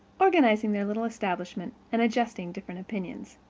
organizing their little establishment, and adjusting different opinions.